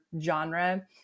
genre